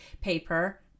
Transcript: paper